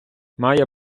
має